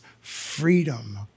freedom